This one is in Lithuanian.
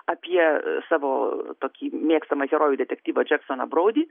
apie savo tokį mėgstamą herojų detektyvą džeksoną broudį